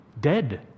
dead